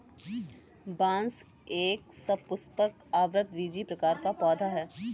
बांस एक सपुष्पक, आवृतबीजी प्रकार का पौधा है